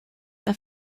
are